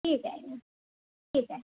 ठीक आहे ना ठीक आहे